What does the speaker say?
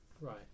Right